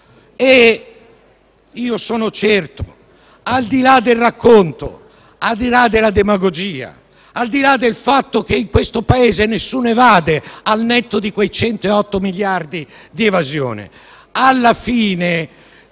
Sono certo, al di là del racconto, al di là della demagogia, al di là del fatto che in questo Paese nessuno evade, al netto di quei 108 miliardi di evasione, che alla fine